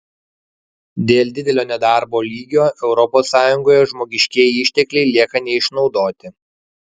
dėl didelio nedarbo lygio europos sąjungoje žmogiškieji ištekliai lieka neišnaudoti